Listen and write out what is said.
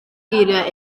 geiriau